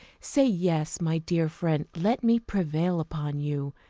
say yes, my dear friend! let me prevail upon you,